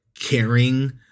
caring